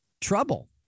trouble